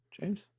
James